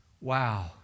Wow